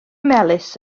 melys